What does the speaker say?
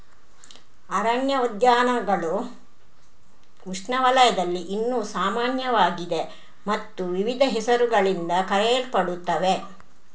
ಅರಣ್ಯ ಉದ್ಯಾನಗಳು ಉಷ್ಣವಲಯದಲ್ಲಿ ಇನ್ನೂ ಸಾಮಾನ್ಯವಾಗಿದೆ ಮತ್ತು ವಿವಿಧ ಹೆಸರುಗಳಿಂದ ಕರೆಯಲ್ಪಡುತ್ತವೆ